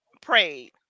prayed